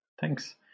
Thanks